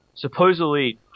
Supposedly